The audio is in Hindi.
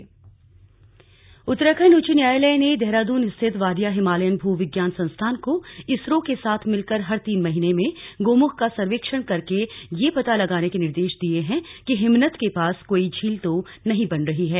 उच्च न्यायालय उत्तराखंड उच्च न्यायालय ने देहरादून स्थित वाडिया हिमालयन भूविज्ञान संस्थान को इसरो के साथ मिलकर हर तीन महीने में गोमुख का सर्वेक्षण करके यह पता लगाने के निर्देश दिए हैं कि हिमनद के पास कोई झील तो नहीं बन रही है